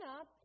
up